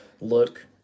look